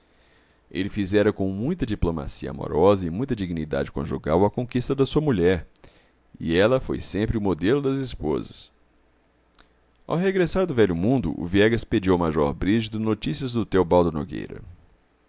ele fizera com muita diplomacia amorosa e muita dignidade conjugal a conquista da sua mulher e ela foi sempre o modelo das esposas ao regressar do velho mundo o viegas pediu ao major brígido notícias do teobaldo nogueira